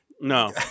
No